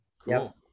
cool